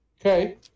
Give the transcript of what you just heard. Okay